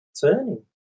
turning